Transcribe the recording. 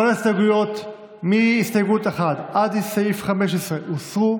כל ההסתייגויות מהסתייגות 1 עד 15 הוסרו,